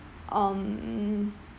um